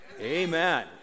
amen